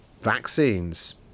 Vaccines